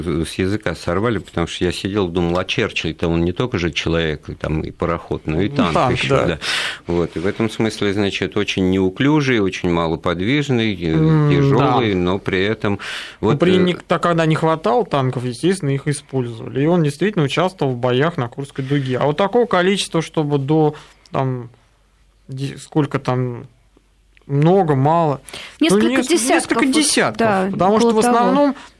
с языка сорвали, потому что я сидел, думал, а Черчилль-то он не только же человек, и, там, и пароход, но и танк Танк, ещё, да. да. Вот, и в этом смысле, значит, очень неуклюжий, очень малоподвижный, э, М, да. тяжёлый, но при этом Ну, вот, э, блин, никто, когда не хватало танков, естественно, их использовали. И он действительно участвовал в боях на Курской дуге. А вот такого количества, чтобы до, там, де- сколько там, много, мало, ну, Несколько неск- десятков, несколько вот, десятков. да, Потому около что в того. основном